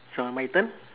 so my turn